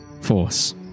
force